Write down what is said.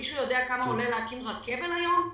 מישהו יודע כמה עולה להקים רכבל היום?